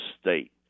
state